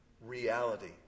reality